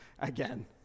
again